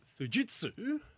Fujitsu